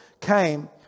came